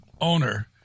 owner